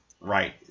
Right